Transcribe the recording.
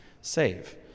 save